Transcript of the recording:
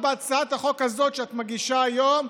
בהצעת החוק הזאת שאת מגישה היום,